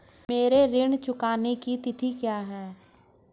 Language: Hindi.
मेरे ऋण चुकाने की तिथि क्या है?